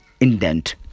indent